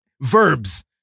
verbs